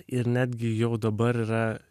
ir netgi jau dabar yra